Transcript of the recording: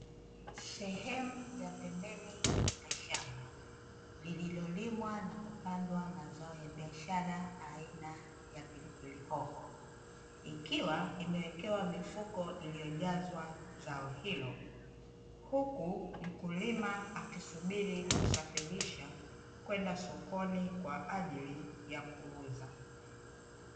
Sehemu ya pembeni katika shamba lililolimwa na kupandwa mazao ya biashara aina ya pilipilihoho. Ikiwa imewekewa mifuko iliyojazwa zao hilo. Huku mkulima akisubiri kusafirisha kwenda sokoni kwa ajili ya kuuza.